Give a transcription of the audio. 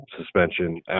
suspension